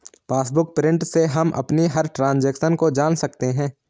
passbook print से हम अपनी हर ट्रांजेक्शन को जान सकते है